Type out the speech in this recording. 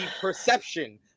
perception